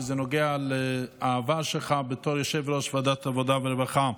כי זה נוגע לעבר שלך בתור יושב-ראש ועדת העבודה והרווחה.